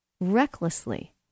recklessly